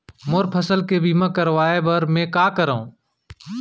मोर फसल के बीमा करवाये बर में का करंव?